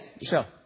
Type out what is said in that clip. Michelle